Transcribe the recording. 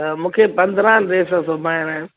त मूंखे पंद्रहं ड्रेसियूं सिबाइणा आहिनि